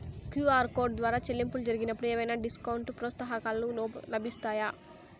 QR code ద్వారా చెల్లింపులు జరిగినప్పుడు ఏవైనా డిస్కౌంట్ లు, ప్రోత్సాహకాలు లభిస్తాయా?